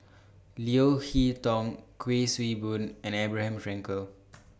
Leo Hee Tong Kuik Swee Boon and Abraham Frankel